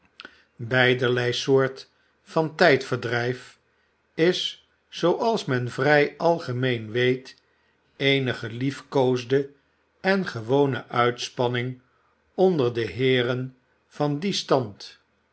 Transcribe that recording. beiderlei soort van tijdverdrijf is zooals men vrij algemeen weet eene geliefkoosde en gewone uitspanning onder de heeren van dien stand